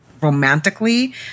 romantically